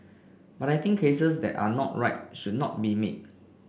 but I think cases that are not right should not be made